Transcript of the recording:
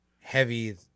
heavy